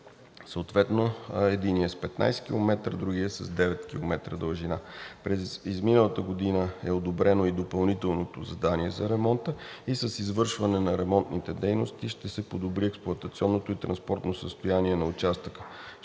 съответно единият с 15 км, другият с 9 км дължина. През изминалата година е одобрено и допълнителното задание за ремонта и с извършване на ремонтните дейности ще се подобри експлоатационното и транспортното състояние на участъка.